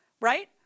right